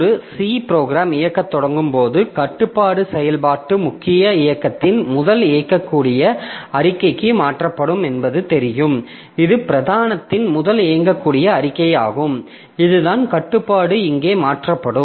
ஒரு C program இயக்கத் தொடங்கும் போது கட்டுப்பாடு செயல்பாட்டு முக்கிய இயக்கத்தின் முதல் இயங்கக்கூடிய அறிக்கைக்கு மாற்றப்படும் என்பது தெரியும் இது பிரதானத்தின் முதல் இயங்கக்கூடிய அறிக்கையாகும் இதுதான் கட்டுப்பாடு இங்கே மாற்றப்படும்